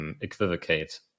equivocate